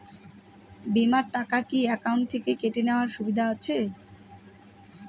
বিমার টাকা কি অ্যাকাউন্ট থেকে কেটে নেওয়ার সুবিধা আছে?